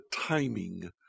timing